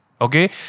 Okay